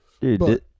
Dude